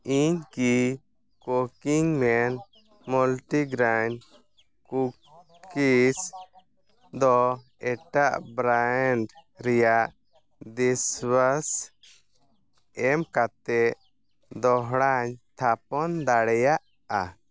ᱤᱧ ᱠᱤ ᱠᱩᱠᱤᱝᱢᱮᱱ ᱢᱟᱞᱴᱤᱜᱨᱮᱱ ᱠᱩᱠᱤᱥ ᱫᱚ ᱮᱴᱟᱜ ᱵᱨᱟᱱᱰ ᱨᱮᱭᱟᱜ ᱫᱤᱥᱣᱟᱥᱮᱥ ᱮᱢᱠᱟᱛᱮᱫ ᱫᱚᱦᱲᱟᱧ ᱛᱷᱟᱯᱚᱱ ᱫᱟᱲᱮᱭᱟᱜᱼᱟ